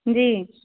जी